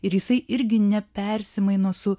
ir jisai irgi ne persimaino su